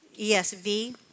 ESV